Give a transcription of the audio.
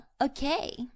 okay